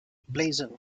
blazon